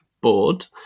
board